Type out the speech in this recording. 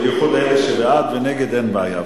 בייחוד אלה שבעד ונגד, אין בעיה.